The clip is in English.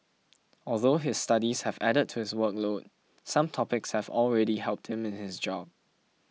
although his studies have added to his workload some topics have already helped him in his job